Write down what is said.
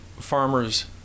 farmers